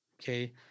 okay